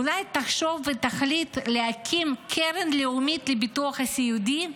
אולי תחשוב ותחליט להקים קרן לאומית לביטוח הסיעודי?